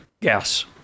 gas